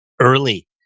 early